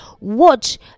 Watch